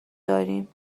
داریم